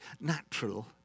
natural